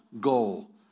goal